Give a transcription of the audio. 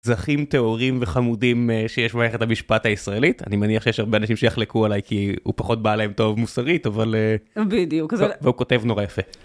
זכים תיאורים וחמודים שיש במערכת המשפט הישראלית אני מניח שיש הרבה אנשים שיחלקו עלי כי הוא פחות בא עליהם טוב מוסרית אבל הוא כותב נורא יפה.